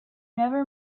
never